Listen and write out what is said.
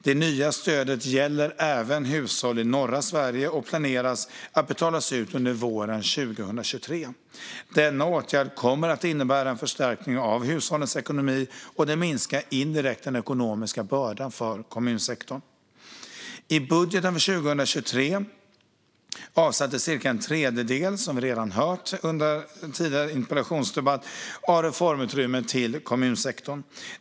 Det nya stödet gäller även hushåll i norra Sverige och planeras att betalas ut under våren 2023. Denna åtgärd kommer att innebära en förstärkning av hushållens ekonomi, och det minskar indirekt den ekonomiska bördan för kommunerna. I budgeten för 2023 avsattes, som vi hörde under den tidigare interpellationsdebatten, cirka en tredjedel av reformutrymmet till kommunsektorn.